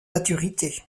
maturité